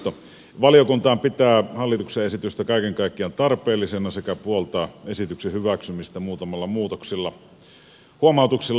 valiokuntahan pitää hallituksen esitystä kaiken kaikkiaan tarpeellisena sekä puoltaa esityksen hyväksymistä muutamalla huomautuksella ja muutoksella